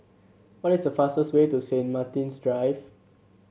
what is the fastest way to Saint Martin's Drive